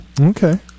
Okay